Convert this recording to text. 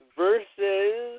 versus